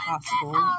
possible